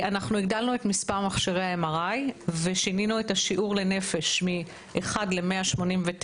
אנחנו הגדלנו את מספר מכשירי ה-MRI ושינינו את השיעור לנפש מ-1 ל-189,